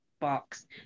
box